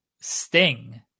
Sting